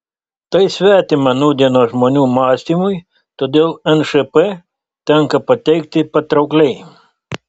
tai svetima nūdienos žmonių mąstymui todėl nšp tenka pateikti patraukliai